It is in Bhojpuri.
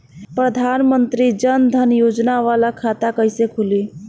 प्रधान मंत्री जन धन योजना वाला खाता कईसे खुली?